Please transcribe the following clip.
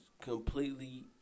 completely